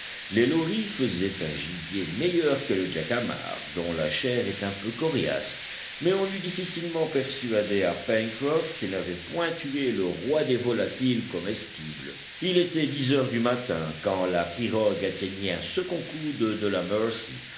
les loris faisaient un gibier meilleur que le jacamar dont la chair est un peu coriace mais on eût difficilement persuadé à pencroff qu'il n'avait point tué le roi des volatiles comestibles il était dix heures du matin quand la pirogue atteignit un second coude de la